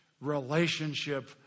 relationship